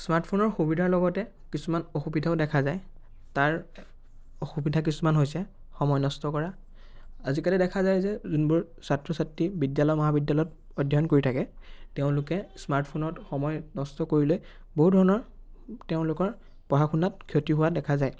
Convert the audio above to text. স্মাৰ্টফোনৰ সুবিধাৰ লগতে কিছুমান অসুবিধাও দেখা যায় তাৰ অসুবিধা কিছুমান হৈছে সময় নষ্ট কৰা আজিকালি দেখা যায় যে যোনবোৰ ছাত্ৰ ছাত্ৰী বিদ্যালয় মহাবিদ্যালয়ত অধ্যয়ন কৰি থাকে তেওঁলোকে স্মাৰ্টফোনত সময় নষ্ট কৰিলে বহু ধৰণৰ তেওঁলোকৰ পঢ়া শুনাত ক্ষতি হোৱা দেখা যায়